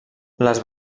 les